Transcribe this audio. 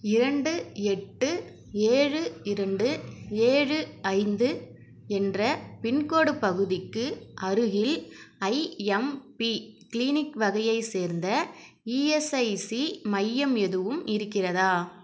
இரண்டு எட்டு ஏழு இரண்டு ஏழு ஐந்து என்ற பின்கோடு பகுதிக்கு அருகில் ஐஎம்பி கிளினிக் வகையைச் சேர்ந்த இஎஸ்ஐசி மையம் எதுவும் இருக்கிறதா